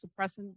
suppressant